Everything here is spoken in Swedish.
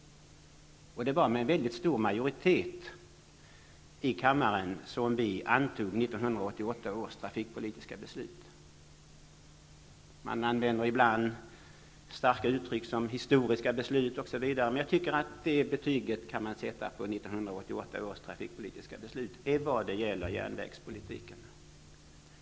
Det var med en väldigt stor majoritet i kammaren som vi antog 1988 års trafikpolitiska beslut. Man använder ibland starka uttryck, som historiska beslut osv., och jag tycker att man kan sätta det betyget på 1988 års trafikpolitiska beslut vad det gäller järnvägspolitiken.